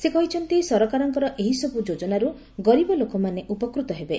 ସେ କହିଛନ୍ତି ସରକାରଙ୍କର ଏହିସବୁ ଯୋଜନାରୁ ଗରିବ ଲୋକମାନେ ଉପକୃତ ହେବେ